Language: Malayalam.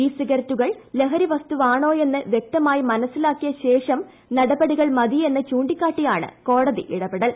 ഇ സിഗരറ്റുകൾ ലഹരി വസ്തുവാണോയെന്ന് വൃക്തമായി മനസ്സിലാക്കിയ ശേഷം നടപടികൾ മതി എന്ന് ചൂണ്ടിക്കാട്ടിയാണ് കോടതി ഇടപെടൽ